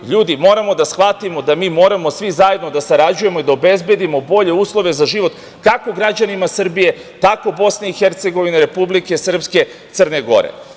Ljudi, moramo da shvatimo da mi moramo svi zajedno da sarađujemo i da obezbedimo bolje uslove za život kako građanima Srbije, tako i BiH, Republike Srpske, Crne Gore.